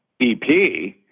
EP